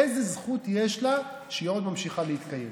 איזו זכות יש לה שהיא עוד ממשיכה להתקיים?